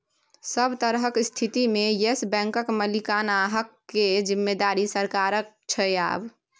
सभ तरहक स्थितिमे येस बैंकक मालिकाना हक केर जिम्मेदारी सरकारक छै आब